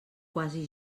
quasi